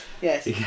Yes